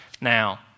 now